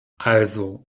also